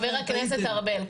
חבר הכנסת ארבל,